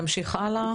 נמשיך הלאה.